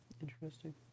Interesting